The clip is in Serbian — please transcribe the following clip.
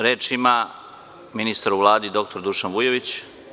Reč ministar u Vladi dr Dušan Vujović.